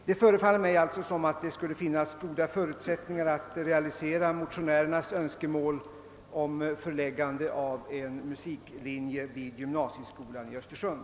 Det förefaller mig alltså som om det skulle finnas goda förutsättningar att realisera motionärernas önskemål om förläggande av en musiklinje till gymnasieskolan i Östersund.